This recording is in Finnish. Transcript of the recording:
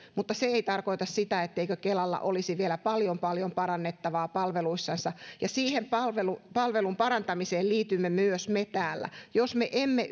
mutta se ei tarkoita sitä etteikö kelalla olisi vielä paljon paljon parannettavaa palveluissansa ja siihen palvelun parantamiseen liitymme myös me täällä jos me emme